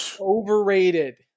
Overrated